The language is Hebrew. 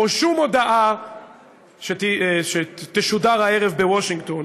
או שום הודעה שתשודר הערב בוושינגטון